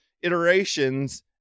iterations